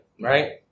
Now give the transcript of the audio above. right